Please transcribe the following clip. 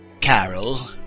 Carol